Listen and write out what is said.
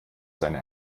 seine